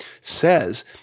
says